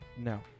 No